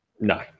No